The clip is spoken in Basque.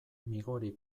migori